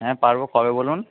হ্যাঁ পারবো কবে বলুন